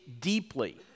deeply